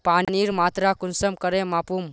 पानीर मात्रा कुंसम करे मापुम?